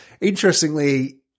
interestingly